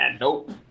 Nope